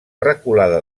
reculada